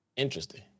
Interesting